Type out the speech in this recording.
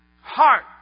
Heart